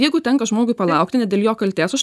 jeigu tenka žmogui palaukti ne dėl jo kaltės aš